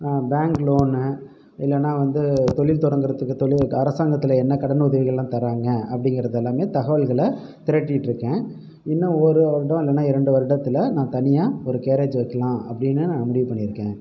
bank loan இல்லைனா வந்து தொழில் தொடங்குறதுக்கு தொழில் அரசாங்கத்தில் என்ன கடன் உதவிகள்லாம் தராங்க அப்படிங்கிறது எல்லாம் தகவல்களை திரட்டிட்டு இருக்கேன் இன்னும் ஒரு வருடம் இல்லைனா இரண்டு வருடத்தில் நான் தனியாக ஒரு கேரேஜ் வைக்கலாம் அப்படின்னு நான் முடிவு பண்ணியிருக்கேன்